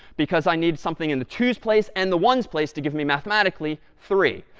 because i need something in the twos place and the ones place to give me, mathematically, three.